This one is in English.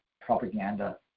propaganda